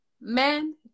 men